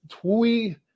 Tui